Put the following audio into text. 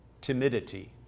timidity